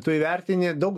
tu įvertini daug